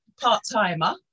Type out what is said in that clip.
part-timer